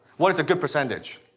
what is a good percentage?